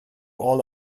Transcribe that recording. all